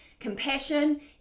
Compassion